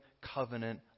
covenant